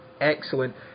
excellent